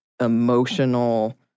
emotional